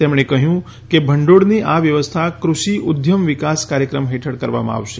તેમણે કહ્યું કે ભંડીળની આ વ્યવસ્થા કૃષિ ઉદ્યમ વિકાસ કાર્યક્રમ હેઠળ કરવામાં આવશે